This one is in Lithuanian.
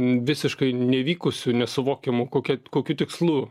visiškai nevykusiu nesuvokiamu kokia kokiu tikslu